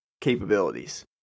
capabilities